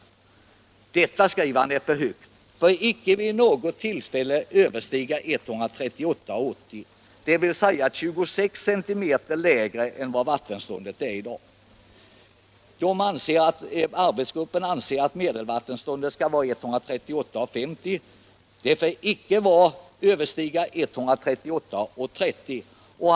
Härom skriver den nämnde företroendemannen: ”Detta är för högt, får icke vid något tillfälle överstiga 138,80.” Det skulle innebära att vattenståndet blev 26 cm lägre än i dag. Arbetsgruppen anser att medelvattenståndet skall vara 138,50 m. Det bör enligt den klagande icke överstiga 138,30 m.